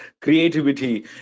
creativity